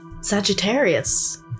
Sagittarius